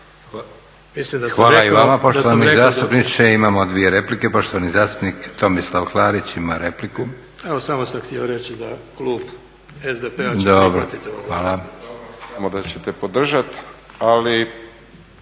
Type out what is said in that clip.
Hvala i vama poštovani zastupniče. Imamo dvije replike, poštovani zastupnik Tomislav Klarić ima repliku. …/Upadica: Evo samo sam htio reći da klub SDP-a će prihvati ovo